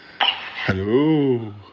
hello